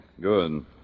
Good